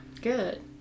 good